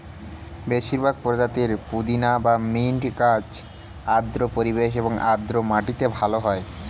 বেশিরভাগ প্রজাতির পুদিনা বা মিন্ট গাছ আর্দ্র পরিবেশ এবং আর্দ্র মাটিতে ভালো হয়